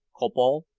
copal,